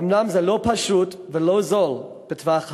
אומנם זה לא פשוט ולא זול בטווח הקצר,